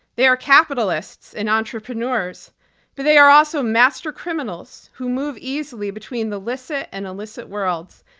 they are capitalists and entrepreneurs. but they are also master criminals who move easily between the licit and illicit worlds.